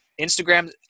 Instagram